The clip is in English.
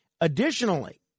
Additionally